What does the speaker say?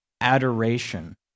adoration